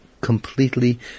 completely